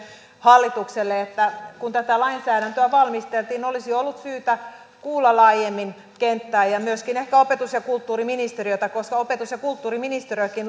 hallitukselle että kun tätä lainsäädäntöä valmisteltiin olisi ollut syytä kuulla laajemmin kenttää ja myöskin ehkä opetus ja kulttuuriministeriötä koska opetus ja kulttuuriministeriökin